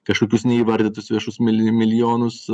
kažkokius neįvardytus viešus mili milijonus